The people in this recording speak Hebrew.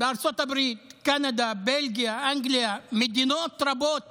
בארצות הברית, קנדה, בלגיה, אוסטרליה, מדינות רבות